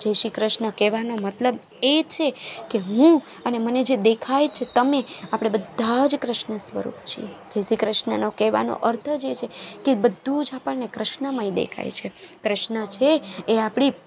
જય શ્રી ક્રષ્ણ કહેવાનો મતલબ એ છે કે હું અને મને જે દેખાય છે તમે આપણે બધા જ કૃષ્ણ સ્વરૂપ છે જય શ્રી કૃષ્ણનો કહેવાનો અર્થ જ એ છે કે બધુ જ આપણને કૃષ્ણમાં દેખાય છે કૃષ્ણ છે એ આપણી